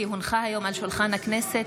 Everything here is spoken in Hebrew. כי הונחה היום על שולחן הכנסת,